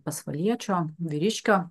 pasvaliečio vyriškio